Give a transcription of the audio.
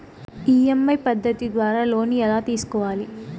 EMI పద్ధతి ద్వారా loan ఎలా తీసుకోవాలి